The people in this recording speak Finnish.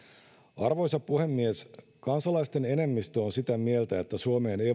arvoisa puhemies kansalaisten enemmistö on sitä mieltä että suomeen ei